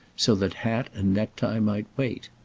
so that hat and necktie might wait.